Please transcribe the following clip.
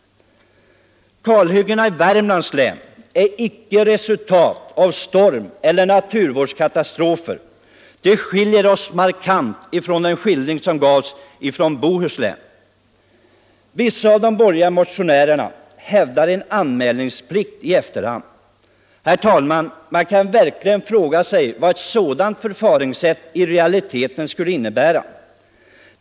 Kalhyggena i Värmlands län är icke ett resultat av storm eller naturkatastrofer — de skiljer sig markant från den skildring som gavs från Bohuslän av kalhyggena där. Vissa av de borgerliga motionärerna hävdar en anmälningsplikt i efterhand. Herr talman! Man kan verkligen fråga sig vad ett sådant förfaringssätt i realiteten skulle innebära.